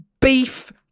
beef